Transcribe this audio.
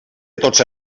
dotze